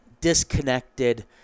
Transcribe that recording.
disconnected